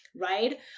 right